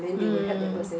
mm